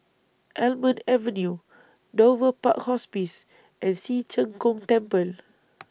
Almond Avenue Dover Park Hospice and Ci Zheng Gong Temple